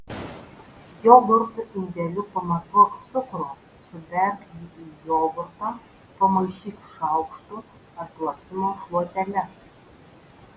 jogurto indeliu pamatuok cukrų suberk jį į jogurtą pamaišyk šaukštu ar plakimo šluotele